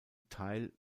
teil